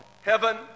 heaven